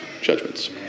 judgments